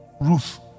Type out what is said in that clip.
Ruth